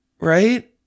Right